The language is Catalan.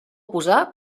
posar